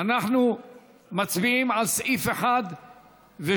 אנחנו מצביעים על סעיפים 1,